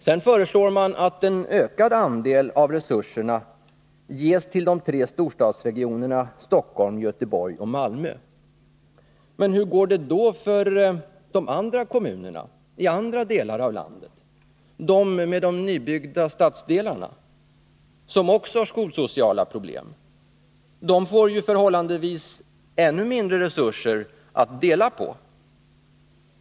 Sedan föreslår man att en ökad andel av resurserna ges till de tre storstadsregionerna Stockholm, Göteborg och Malmö. Men hur går det då för de andra kommunerna i andra delar av landet, de med de nybyggda stadsdelarna som också har skolsociala problem? De får ju förhållandevis ännu mindre resurser att dela på!